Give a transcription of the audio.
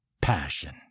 passion